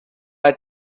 our